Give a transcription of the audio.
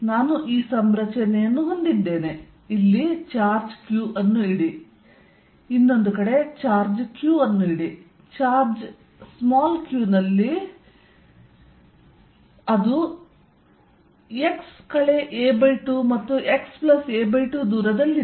ನಾನು ಈ ಸಂರಚನೆಯನ್ನು ಹೊಂದಿದ್ದೇನೆ ಇಲ್ಲಿ ಚಾರ್ಜ್ Q ಅನ್ನು ಇಡಿ ಇಲ್ಲಿ ಚಾರ್ಜ್ Q ಅನ್ನು ಇಡಿ ಚಾರ್ಜ್ q ಇಲ್ಲಿ x a2 ಮತ್ತು x a2 ದೂರದಲ್ಲಿದೆ